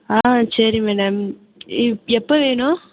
ஆ சரி மேடம் இப் எப்போ வேணும்